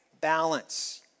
balance